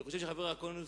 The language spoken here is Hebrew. אני חושב שחבר הכנסת אקוניס